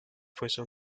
fuese